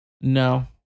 No